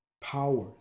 powers